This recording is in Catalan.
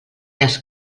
les